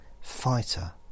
fighter